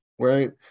right